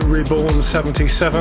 Reborn77